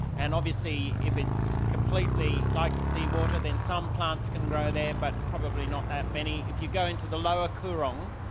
and obviously if it's completely like sea water then some plants can grow there but probably not that many. if you go into the lower coorong,